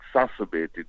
exacerbated